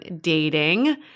dating